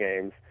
games